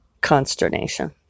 consternation